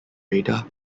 radar